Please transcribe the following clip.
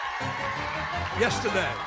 Yesterday